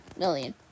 million